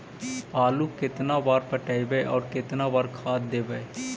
आलू केतना बार पटइबै और केतना बार खाद देबै?